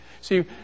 See